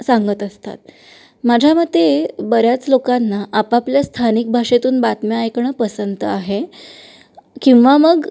सांगत असतात माझ्या मते बऱ्याच लोकांना आपापल्या स्थानिक भाषेतून बातम्या ऐकणं पसंत आहे किंवा मग